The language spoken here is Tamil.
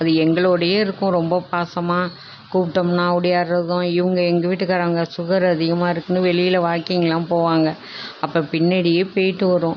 அது எங்களோடையே இருக்கும் ரொம்ப பாசமாக கூப்பிட்டோம்னா ஒடியாறதும் இவங்க எங்கள் வீட்டுக்காரங்க சுகரு அதிகமாக இருக்குதுன்னு வெளியில் வாக்கிங்கெலாம் போவாங்க அப்போது பின்னாடியே போய்விட்டு வரும்